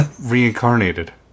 reincarnated